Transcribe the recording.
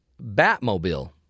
Batmobile